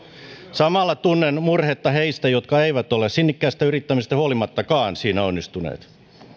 samalla tunnen murhetta heistä jotka eivät ole sinnikkäästä yrittämisestä huolimattakaan siinä onnistuneet